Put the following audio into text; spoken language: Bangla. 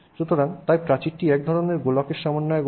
সুতরাং তাই প্রাচীরটি এক ধরণের গোলকের সমন্বয়ে গঠিত